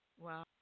Wow